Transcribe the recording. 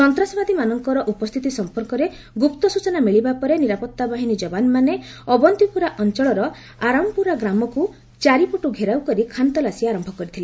ସନ୍ତାସବାଦୀମାନଙ୍କର ଉପସ୍ଥିତି ସମ୍ପର୍କରେ ଗୁପ୍ତ ସୂଚନା ମିଳିବା ପରେ ନିରାପଭାବାହିନୀ ଜବାନମାନେ ଅବନ୍ତିପୁରା ଅଞ୍ଚଳର ଆରାମପୁରା ଗ୍ରାମକୁ ଚାରିପଟୁ ଘେରାଉକରି ଖାନତଲାସୀ ଆରମ୍ଭ କରିଥିଲେ